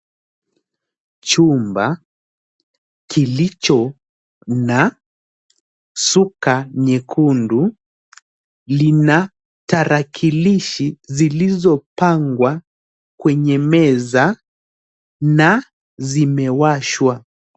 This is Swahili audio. Chumba, kilicho na suka nyekundu, lina tarakilishi zilizopangwa kwenye meza na zimewashwa.